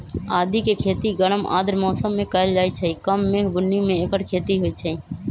आदिके खेती गरम आर्द्र मौसम में कएल जाइ छइ कम मेघ बून्नी में ऐकर खेती होई छै